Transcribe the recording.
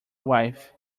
wife